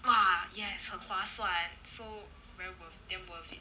!wah! yes 很划算